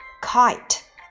kite